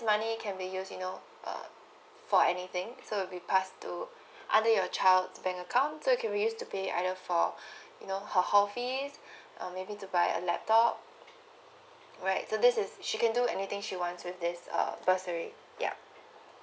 money can be use you know uh for anything so will be passed to either your child's bank account so can be use to pay either for you know her whole fees uh maybe to buy a laptop alright so this is she can do anything she wants with this uh bursary ya